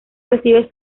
recibe